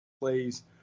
plays